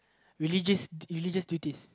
religious religious duties